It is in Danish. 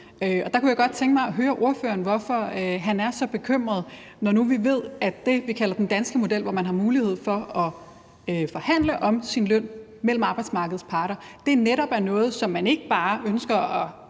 EU. Der kunne jeg godt tænke mig at høre ordføreren, hvorfor han er så bekymret, når nu vi ved, at det, vi kalder den danske model, hvor arbejdsmarkedets parter har mulighed for at forhandle om lønnen, netop er noget, som man ikke bare ønsker at